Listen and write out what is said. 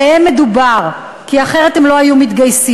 עליהם מדובר, כי אחרת הם לא היו מתגייסים.